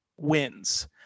wins